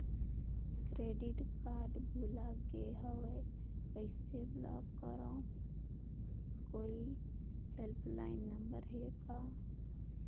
Credit card भुला गे हववं कइसे ब्लाक करव? कोई हेल्पलाइन नंबर हे का?